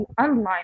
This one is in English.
online